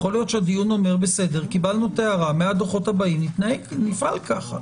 יכול להיות שדיון אומר: קיבלנו את ההערה מהדוחות הבאים נפעל ככה.